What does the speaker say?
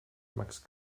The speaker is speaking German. max